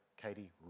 Katie